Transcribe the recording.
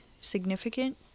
significant